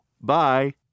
Bye